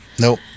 Nope